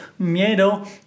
Miedo